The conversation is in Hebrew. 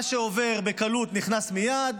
מה שעובר בקלות, נכנס מייד.